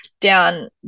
down